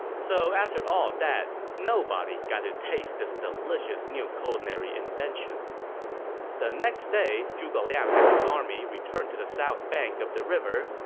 so after all that, nobody got to taste this delicious new culinary invention the next day, zhuge liang and his army returned to the south bank of the river,